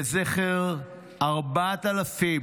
לזכר 4,000